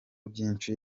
byinshi